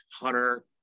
Hunter